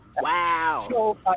Wow